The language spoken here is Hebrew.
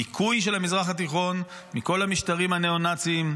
ניקוי של המזרח התיכון מכל המשטרים הנאו-נאציים,